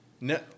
No